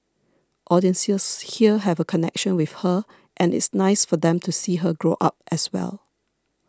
audiences here have a connection with her and it's nice for them to see her grow up as well